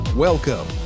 Welcome